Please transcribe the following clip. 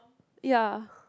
ya